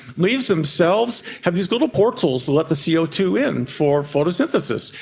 leaves themselves have these little portals to let the c o two in for photosynthesis.